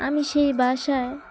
আমি সেই বাসায়